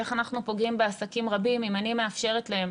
איך אנחנו פוגעים בעסקים רבים אם אני מאפשרת להם,